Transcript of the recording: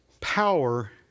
power